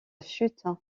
chute